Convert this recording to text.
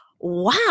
wow